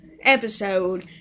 episode